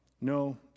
no